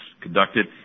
conducted